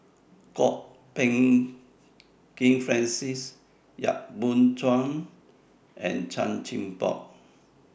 Kwok Peng Kin Francis Yap Boon Chuan and Chan Chin Bock